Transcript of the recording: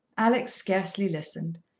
alex scarcely listened.